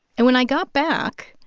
and when i got back,